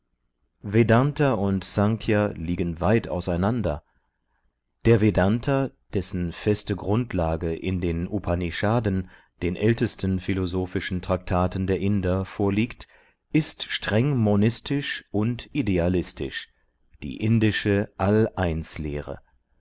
vednta und snkhya liegen weit auseinander der vednta dessen feste grundlage in den upanishaden den ältesten philosophischen traktaten der inder vorliegt ist streng monistisch und idealistisch die indische all eins lehre